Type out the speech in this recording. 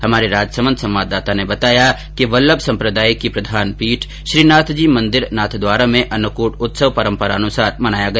हमारे राजसमंद संवाददाता ने बताया कि वल्लभ सम्प्रदाय की प्रधानपीठ श्रीनाथजी मंदिर नाथद्वारा में अन्नकूट उत्सव परम्परानुसार मनाया गया